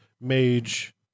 mage